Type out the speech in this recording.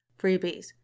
freebies